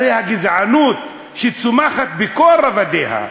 הרי הגזענות, שצומחת בכל רבדיה,